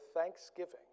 thanksgiving